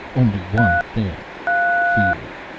only one thing fear.